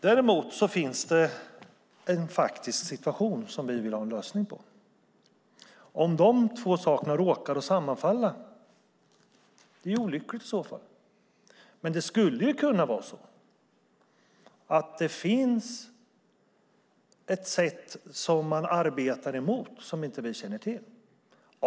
Däremot finns det en faktisk situation som vi vill ha en lösning på. Om de två sakerna råkar sammanfalla är det olyckligt. Men det skulle kunna vara så att det finns ett sätt som man arbetar emot och som vi inte känner till.